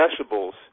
vegetables